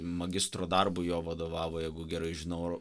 magistro darbui jo vadovavo jeigu gerai žinau